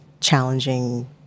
challenging